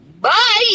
Bye